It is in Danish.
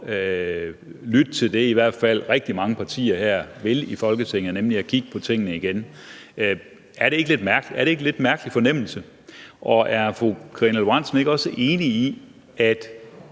lytte til det, som i hvert fald rigtig mange partier her i Folketinget vil, nemlig at kigge på tingene igen, er det så ikke en lidt mærkelig fornemmelse? Og er fru Karina Lorentzen Dehnhardt ikke også enig i, at